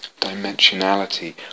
Dimensionality